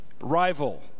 rival